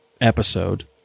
episode